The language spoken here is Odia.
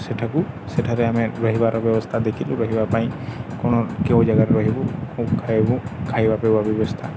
ସେଠାକୁ ସେଠାରେ ଆମେ ରହିବାର ବ୍ୟବସ୍ଥା ଦେଖିଲୁ ରହିବା ପାଇଁ କ'ଣ କେଉଁ ଜାଗାରେ ରହିବୁ ଖାଇବୁ ଖାଇବା ପିଇବା ବ୍ୟବସ୍ଥା